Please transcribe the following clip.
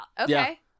Okay